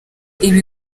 ibi